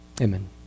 Amen